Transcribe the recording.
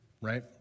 right